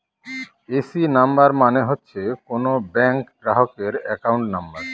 AC number মানে হচ্ছে কোনো ব্যাঙ্ক গ্রাহকের একাউন্ট নাম্বার